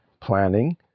planning